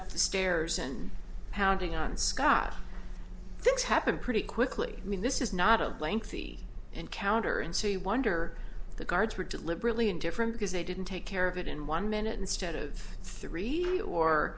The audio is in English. up the stairs and pounding on scott things happen pretty quickly i mean this is not a lengthy encounter and so you wonder the guards were deliberately indifferent because they didn't take care of it in one minute instead of three or